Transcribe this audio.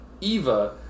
Eva